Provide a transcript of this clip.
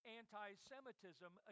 anti-Semitism